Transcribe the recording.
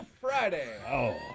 Friday